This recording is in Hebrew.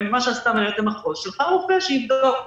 ומה שעשתה מנהלת המחוז זה שלחה רופא שיבדוק.